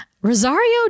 Rosario